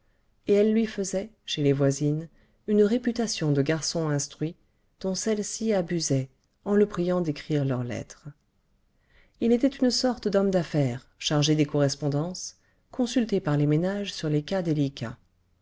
et elle lui faisait chez les voisines une réputation de garçon instruit dont celles-ci abusaient en le priant d'écrire leurs lettres il était une sorte d'homme d'affaires chargé des correspondances consulté par les ménages sur les cas délicats